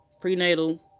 Prenatal